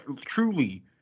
truly